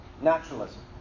Naturalism